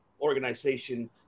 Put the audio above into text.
organization